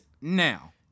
Now